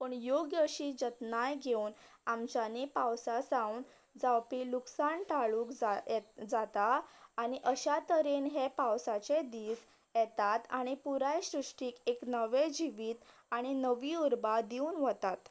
पूण योग्य अशी जतनाय घेवन आमच्यांनी पावसाक सावन जावपी लुकसाण टाळूंक जाय जाता आनी अश्या तरेन हे पावसाचे दिस येतात आनी पुराय सृश्टीक एक नवें जिवीत आनी नवीं उर्बा दिवन वतात